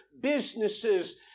businesses